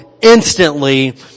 Instantly